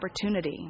opportunity